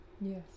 Yes